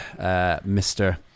Mr